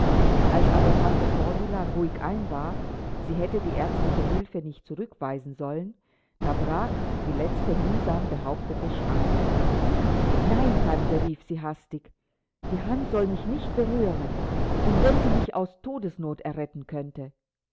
als aber tante cordula ruhig einwarf sie hätte die ärztliche hilfe nicht zurückweisen sollen da brach die letzte mühsam behauptete schranke nein tante rief sie hastig die hand soll mich nicht berühren und wenn sie mich aus todesnot erretten könnte